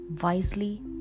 wisely